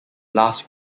last